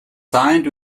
signed